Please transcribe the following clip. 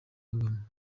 kagame